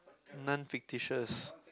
non fictitious